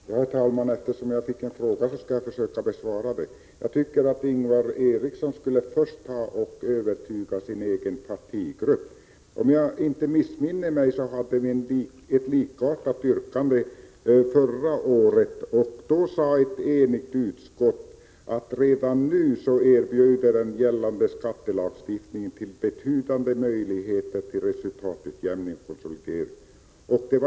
Herr talman! Eftersom jag fick en fråga skall jag försöka besvara den. Jag tycker att Ingvar Eriksson skulle börja med att övertyga sin egen partigrupp. Om jag inte missminner mig hade vi ett likartat yrkande förra året. Då sade ett enigt utskott, att den gällande skattelagstiftningen redan nu erbjuder betydande möjligheter till resultatutjämning.